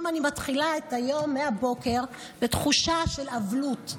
אני מתחילה את היום מהבוקר בתחושה של אבלות,